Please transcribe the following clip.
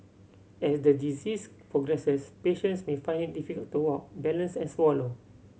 as the disease progresses patients may find it difficult to walk balance and swallow